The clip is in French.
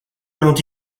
n’ont